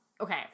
okay